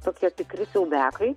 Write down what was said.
tokie tikri siaubiakai